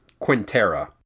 Quintera